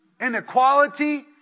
Inequality